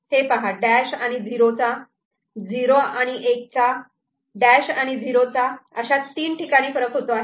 हे पहा डॅश आणि झिरो चा झिरो आणि एक चा डॅश आणि झीरो चा अशा तीन ठिकाणी फरक होतो आहे